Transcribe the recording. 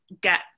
get